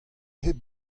hep